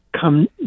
come